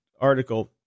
article